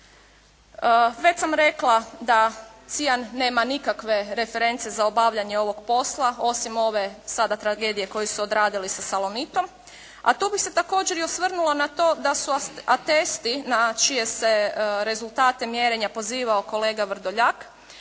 Već sam rekla da "Cijan" nema nikakve reference za obavljanje ovog posla osim ove sada tragedije koju su odradili sa "Salonitom", a tu bih se također i osvrnula na to da su atesti na čije se rezultate mjerenja pozivao kolega Vrdoljak,